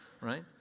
right